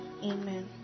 Amen